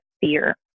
fear